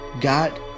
God